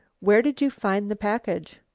where did you find the package?